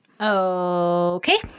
Okay